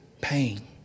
pain